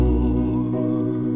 Lord